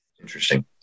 Interesting